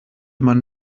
man